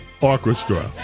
Orchestra